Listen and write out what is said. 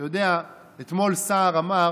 אתה יודע, אתמול סער אמר